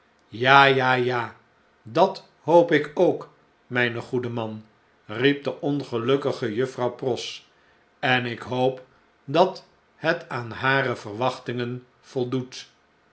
ja ja ja dat hoop ik ook mpe goede man riep de ongelukkige juffrouw pross en ik hoop dat het aan hare verwachtingen voldoet